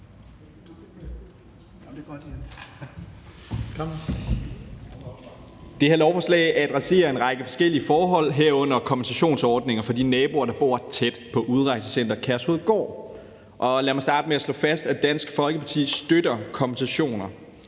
Det her lovforslag adresserer en række forskellige forhold, herunder kompensationsordninger for de naboer, der bor tæt på Udrejsecenter Kærshovedgård. Lad mig starte med at slå fast, at Dansk Folkeparti støtter kompensationer.